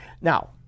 Now